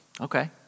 Okay